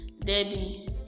Debbie